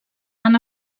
han